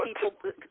people